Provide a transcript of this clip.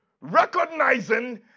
Recognizing